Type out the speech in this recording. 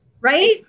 right